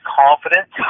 confidence